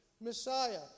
Messiah